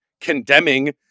condemning